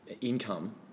income